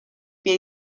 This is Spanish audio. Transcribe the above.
pie